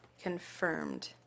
confirmed